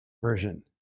version